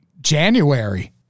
January